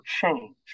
change